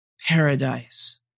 paradise